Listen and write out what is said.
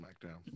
Smackdown